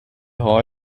har